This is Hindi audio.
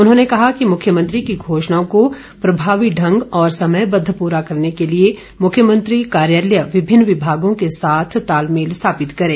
उन्होंने कहा कि मुख्यमंत्री की घोषणोओं को प्रभावी ढंग और समयवद्व पूरा करने के लिए मुख्यमंत्री कार्यालय विभिन्न विभागों के साथ तालमेल स्थापित करें